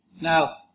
Now